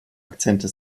akzente